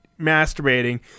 masturbating